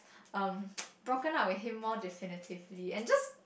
um broken up with him more definitively and just